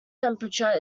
temperature